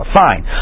fine